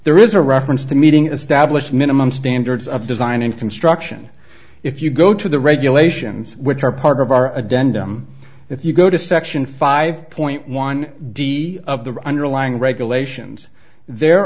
there is a reference to meeting is that list minimum standards of design and construction if you go to the regulations which are part of our a den if you go to section five point one d of the underlying regulations there